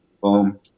boom